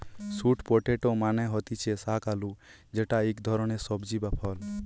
sweet potato মানে হতিছে শাক আলু যেটা ইক ধরণের সবজি বা ফল